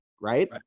right